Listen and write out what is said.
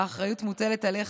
האחריות מוטלת עליך,